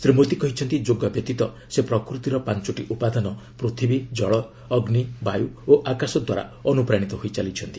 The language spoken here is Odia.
ଶ୍ରୀ ମୋଦି କହିଛନ୍ତି ଯୋଗ ବ୍ୟତୀତ ସେ ପ୍ରକୃତିର ପାଞ୍ଚୋଟି ଉପାଦାନ ପୂଥିବୀ ଜଳ ଅଗ୍ନି ବାୟୁ ଓ ଆକାଶ ଦ୍ୱାରା ଅନୁପ୍ରାଣିତ ହୋଇ ଚାଲିଛନ୍ତି